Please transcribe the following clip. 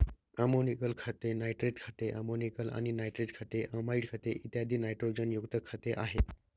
ammoniacal खते, nitrate खते, ammoniacal आणि नायट्रेट खते, अमाइड खते, इत्यादी नायट्रोजनयुक्त खते आहेत